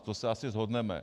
To se asi shodneme.